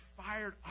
fired